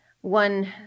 one